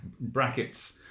brackets